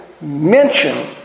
mention